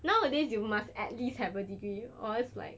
nowadays you must at least have a degree or it's like